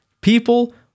People